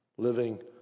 living